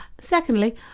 Secondly